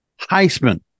Heisman